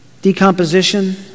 decomposition